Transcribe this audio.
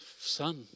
Son